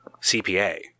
cpa